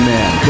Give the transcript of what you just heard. Man